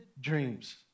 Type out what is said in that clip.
dreams